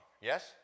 Yes